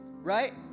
right